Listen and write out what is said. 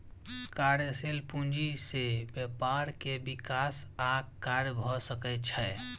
कार्यशील पूंजी से व्यापार के विकास आ कार्य भ सकै छै